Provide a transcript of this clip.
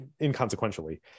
inconsequentially